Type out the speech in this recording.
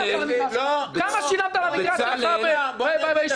כמה שילמת על המגרש בישוב שלך?